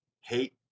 hate